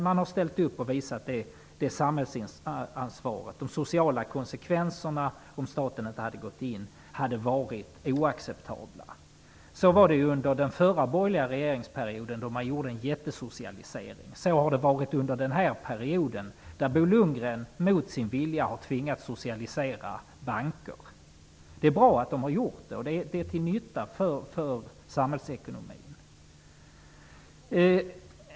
Man har ställt upp och visat samhällsansvar. De sociala konsekvenserna hade blivit oacceptabla om staten inte hade gått in. Så var det under den förra borgerliga regeringsperioden då man genomförde en enorm socialisering. Så har det varit under den här regeringsperioden då Bo Lundgren mot sin vilja har tvingats socialisera banker. Det är bra att man har gjort det. Det är till nytta för samhällsekonomin.